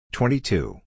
Twenty-two